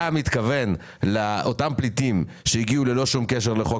אתה מתכוון לאותם פליטים שהגיעו ללא שום קשר לחוק